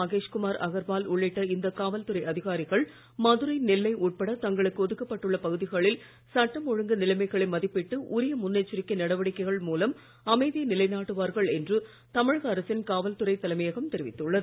மகேஷ்குமார் அகர்வால் உள்ளிட்ட இந்த காவல்துறை அதிகாரிகள் மதுரை நெல்லை உட்பட தங்களுக்கு ஒதுக்கப்பட்டுள்ள பகுதிகளில் சட்டம் ஒழுங்கு நிலைமைகளை மதிப்பிட்டு முன்னெச்சரிக்கை நடவடிக்கைகள் உரிய நிலைநாட்டுவார்கள் என்று தமிழக அரசின் காவல்துறைத் தலைமையகம் தெரிவித்துள்ளது